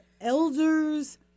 elders